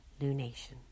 lunation